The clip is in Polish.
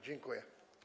Dziękuję.